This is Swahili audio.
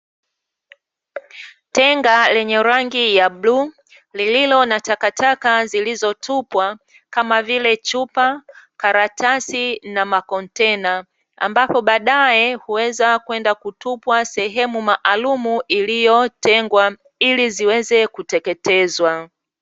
Tenga lenye rangi ya bluu lililo na takataka zilo tupwa kama: vile chupa, karatasi na makontena; ambapo baadaye uweza kwenda kutupwa sehemu maalumu iliyo tengwa ili ziweze kuteketezwa.